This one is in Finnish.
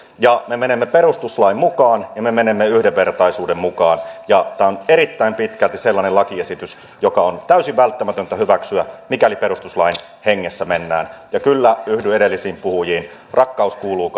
ja me menemme perustuslain mukaan ja me menemme yhdenvertaisuuden mukaan tämä on erittäin pitkälti sellainen lakiesitys joka on täysin välttämätöntä hyväksyä mikäli perustuslain hengessä mennään ja kyllä yhdyn edellisiin puhujiin rakkaus kuuluu